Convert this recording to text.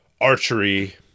archery